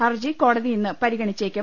ഹർജി കോടതി ഇന്ന് പരിഗണിച്ചേക്കും